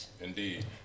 Indeed